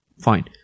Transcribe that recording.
Fine